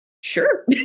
sure